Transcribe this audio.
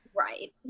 Right